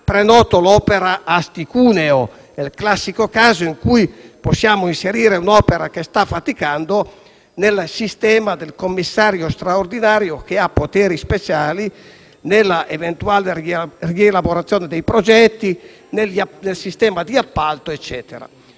prenoto l'opera Asti-Cuneo, che è il classico caso in cui possiamo inserire un'opera che sta faticando nel sistema del commissario straordinario, che ha poteri speciali nell'eventuale rielaborazione dei progetti del sistema di appalto, e via